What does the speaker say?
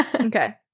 okay